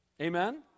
amen